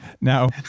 Now